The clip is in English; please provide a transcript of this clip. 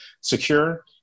secure